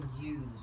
use